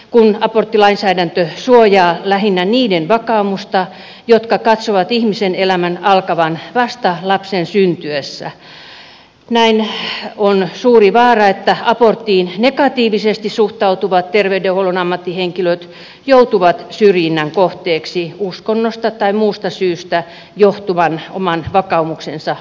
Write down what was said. kun aborttilainsäädäntö suojaa lähinnä niiden vakaumusta jotka katsovat ihmisen elämän alkavan vasta lapsen syntyessä on suuri vaara että aborttiin negatiivisesti suhtautuvat terveydenhuollon ammattihenkilöt joutuvat syrjinnän kohteeksi uskonnosta tai muusta syystä johtuvan oman vakaumuksensa vuoksi